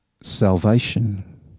salvation